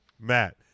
Matt